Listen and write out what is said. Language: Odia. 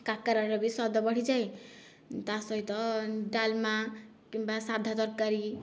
କାକେରାର ବି ସ୍ୱାଦ ବଢ଼ିଯାଏ ତା ସହିତ ଡାଲମା କିମ୍ବା ସାଧା ତରକାରୀ